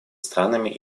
странами